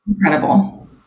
incredible